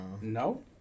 No